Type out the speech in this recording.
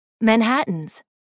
Manhattans